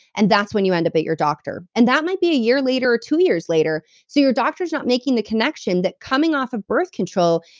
and that's when you end up at your doctor and that might be a year later, or two years later. so your doctor's not making the connection that coming off of birth control,